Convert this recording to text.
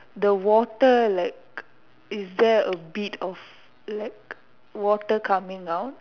the water like is there a bit of like water coming out